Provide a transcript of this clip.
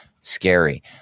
Scary